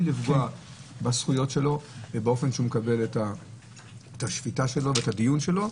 לפגוע בזכויות של האסיר ובאופן שהוא יקבל את השפיטה שלו ואת הדיון שלו,